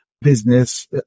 business